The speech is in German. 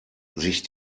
sich